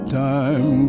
time